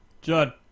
Judd